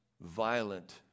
Violent